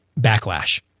backlash